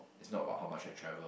it's not about how much I travel